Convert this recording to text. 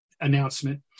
announcement